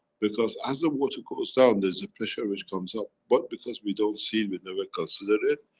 because as the water goes down there is a pressure which comes up. but because we don't see we never considered it.